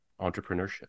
entrepreneurship